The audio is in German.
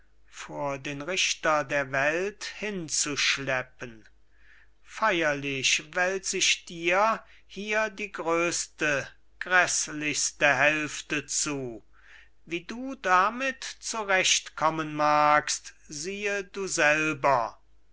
vor den richter der welt hinzuschleppen feierlich wälz ich dir hier die größte gräßlichste hälfte zu wie du damit zurecht kommen magst siehe du selber